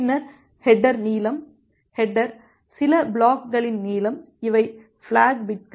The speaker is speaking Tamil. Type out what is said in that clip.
பின்னர் ஹேட்டர் நீளம் ஹேட்டர் சில பிளாக் களின் நீளம் இவை பிளாக் பிட்கள்